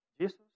Jesus